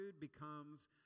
becomes